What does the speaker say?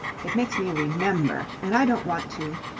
it makes me remember, and i don't want to.